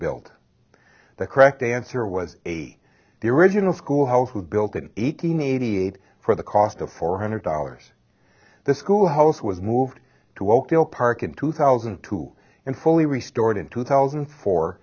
built the correct answer was a the original school house who built an eight hundred eighty eight for the cost of four hundred dollars the school house was moved to oakdale park in two thousand and two and fully restored in two thousand and four